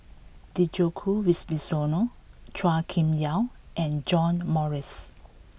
Djoko Wibisono Chua Kim Yeow and John Morrice